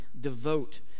devote